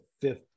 fifth